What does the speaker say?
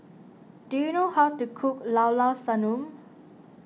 do you know how to cook Llao Llao Sanum